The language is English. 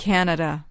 Canada